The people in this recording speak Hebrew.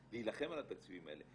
אז להילחם על התקציבים האלה,